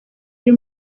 biri